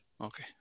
Okay